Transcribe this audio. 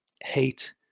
hate